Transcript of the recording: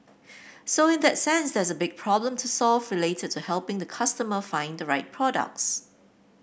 so in that sense there's a big problem to solve related to helping the customer find the right products